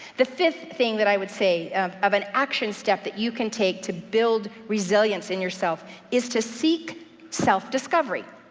the fifth thing that i would say of of an action step that you can take to build resilience in yourself is to seek self-discovery.